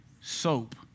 Soap